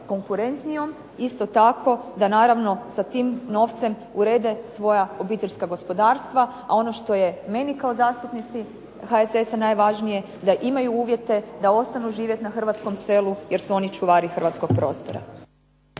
konkurentnijom. Isto tako da naravno sa tim novcem urede svoja obiteljska gospodarstva, a ono što je meni kao zastupnici HSS-a najvažnije da imaju uvjete da ostanu živjeti na hrvatskom selu jer su oni čuvari hrvatskog prostora.